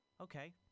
Okay